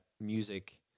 music